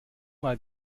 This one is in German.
mal